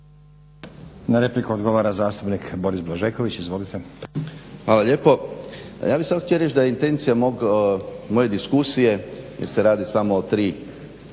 Na repliku odgovara zastupnik Boris Blažeković. Izvolite. **Blažeković, Boris (HNS)** Hvala lijepo. Pa ja bih samo htio reći da je intencija moje diskusije, jer se radi samo o tri